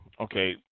Okay